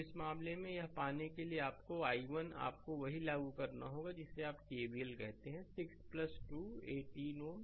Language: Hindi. तो इस मामले में यह पाने के लिए कि आपके i1 को आपको वही लागू करना होगा जिसे आप KVL कहते हैं 6 12 18 Ω